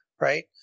right